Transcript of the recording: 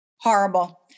Horrible